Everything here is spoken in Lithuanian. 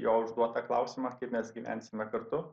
jo užduotą klausimą kaip mes gyvensime kartu